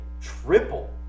triple